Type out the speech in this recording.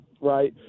right